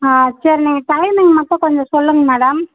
ஆ சரி நீங்கள் டைமிங் மட்டும் கொஞ்சம் சொல்லுங்கள் மேடம்